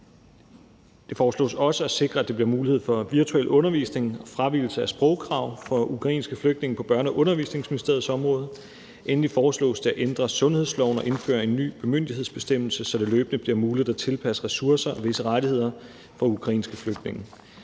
Det foreslås også at sikre, at der bliver mulighed for virtuel undervisning og fravigelse af sprogkrav for ukrainske flygtninge på Børne- og Undervisningsministeriets område. Endelig foreslås det at ændre sundhedsloven og indføre en ny bemyndigelsesbestemmelse, så det løbende bliver muligt at tilpasse ressourcer og visse rettigheder for ukrainske flygtninge.